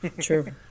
True